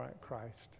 Christ